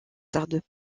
tarde